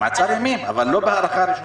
במעצר ימים, אבל לא בהארכה הראשונה.